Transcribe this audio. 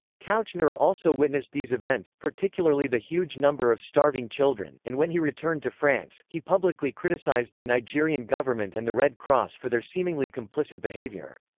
kouchner also witnessed these events, particularly the huge number of starving children, and when he returned to france, he publicly criticised the nigerian government and the red cross for their seemingly complicit behaviour.